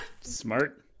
Smart